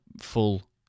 full